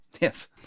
Yes